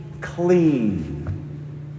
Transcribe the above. clean